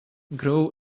grow